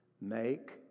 Make